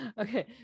Okay